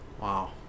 Wow